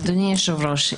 אדוני היושב ראש,